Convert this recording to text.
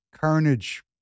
Carnage